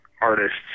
artists